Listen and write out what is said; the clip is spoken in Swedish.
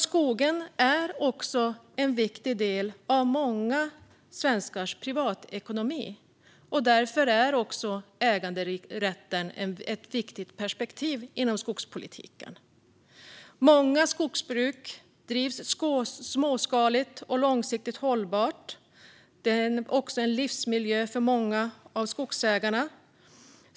Skogen är också en viktig del av många svenskars privatekonomi. Därför är äganderätten ett viktigt perspektiv inom skogspolitiken. Många skogsbruk drivs småskaligt och långsiktigt hållbart. Det är också en livsmiljö för många av skogsägarna.